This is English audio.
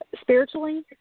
Spiritually